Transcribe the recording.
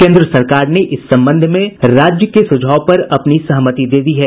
केन्द्र सरकार ने इस संबंध में राज्य के सुझाव पर अपनी सहमति दे दी है